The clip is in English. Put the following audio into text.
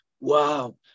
wow